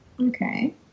Okay